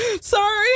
Sorry